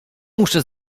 muszę